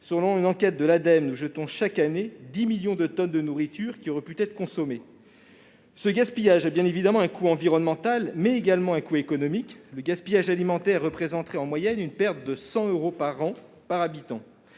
écologique), nous jetons chaque année 10 millions de tonnes de nourriture qui aurait pu être consommée. Ce gaspillage a bien évidemment un coût environnemental, mais il a également un coût économique : le gaspillage alimentaire représenterait en moyenne chaque année une perte de 100 euros par habitant.